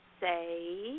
say